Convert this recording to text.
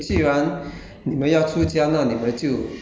他就下了一道发命令说